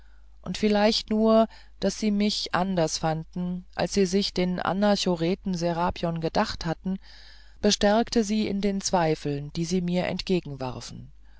und vielleicht nur daß sie mich anders fanden als sie sich den anachoreten serapion gedacht hatten bestärkte sie in den zweifeln die sie mir